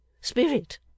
spirit